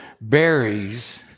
berries